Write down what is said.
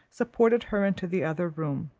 supported her into the other room.